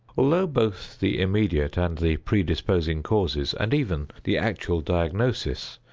although both the immediate and the predisposing causes, and even the actual diagnosis,